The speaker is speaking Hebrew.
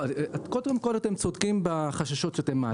קודם כל אתם צודקים בחששות שאתם מעלים.